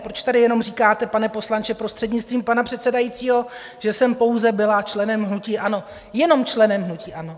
Proč tady jenom říkáte, pane poslanče, prostřednictvím pana předsedajícího, že jsem pouze byla členem hnutí ANO, jenom členem hnutí ANO.